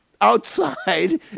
outside